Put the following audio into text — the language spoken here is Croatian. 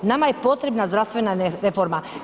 Nama je potrebna zdravstvena reforma.